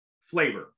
flavor